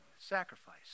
sacrifice